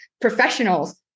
professionals